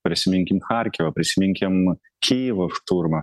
prisiminkim charkovą prisiminkim kijevo šturmą